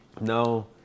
No